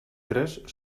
tres